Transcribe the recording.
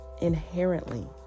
inherently